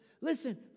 Listen